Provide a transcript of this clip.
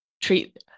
treat